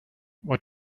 what